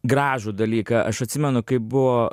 gražų dalyką aš atsimenu kaip buvo